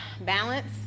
Balance